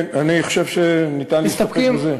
אני חושב שאפשר להסתפק בזה.